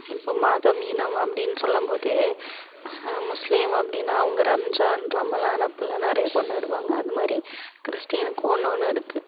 இப்போ மதம் இனம் அப்படின் சொல்லும்போது முஸ்லீம் அப்படின்னா அவங்க ரம்ஜான் ரமலான் அப்புடில்லாம் நிறையா கொண்டாடுவாங்க அதுமாதிரி கிறிஸ்டினுக்கும் ஒன்று ஒன்று இருக்குது